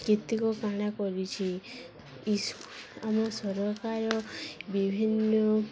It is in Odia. କେତେକ କ'ଣ କରିଛି ଇ ଆମ ସରକାର ବିଭିନ୍ନ